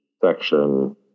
section